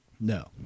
No